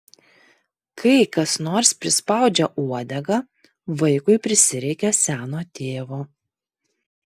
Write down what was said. kai kas nors prispaudžia uodegą vaikui prisireikia seno tėvo